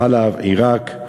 חאלב, עיראק.